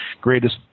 greatest